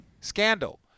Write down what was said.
Scandal